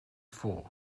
four